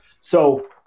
So-